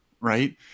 right